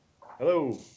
Hello